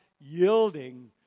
yielding